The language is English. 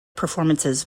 performances